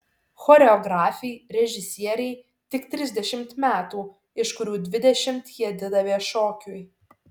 choreografei režisierei tik trisdešimt metų iš kurių dvidešimt ji atidavė šokiui